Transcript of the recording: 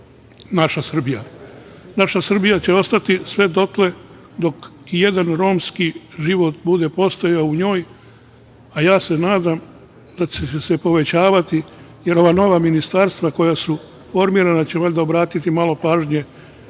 Srbija će ostati sve dotle dok i jedan romski život bude postojao u njoj, a ja se nadam da će se povećavati, jer ova nova ministarstva koja su formirana, valjda će obratiti malo više